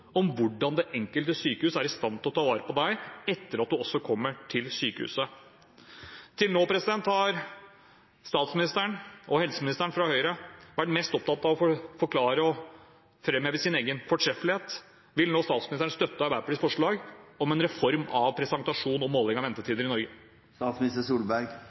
om hvordan det enkelte sykehus er i stand til å ta vare på en etter at man kommer til sykehuset. Til nå har statsministeren og helseministeren fra Høyre vært mest opptatt av å forklare og framheve sin egen fortreffelighet. Vil statsministeren nå støtte Arbeiderpartiets forslag om en reform av presentasjon og måling av